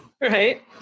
Right